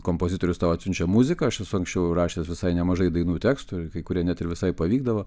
kompozitorius tau atsiunčia muziką aš esu anksčiau rašęs visai nemažai dainų tekstų ir kai kurie net ir visai pavykdavo